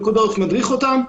פיקד העורף מדריך אותם,